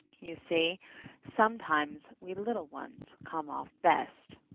you see sometimes we little ones come off best.